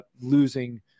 losing